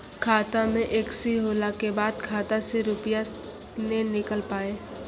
खाता मे एकशी होला के बाद खाता से रुपिया ने निकल पाए?